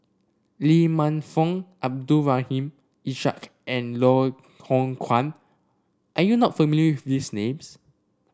Lee Man Fong Abdul Rahim Ishak and Loh Hoong Kwan are you not familiar with these names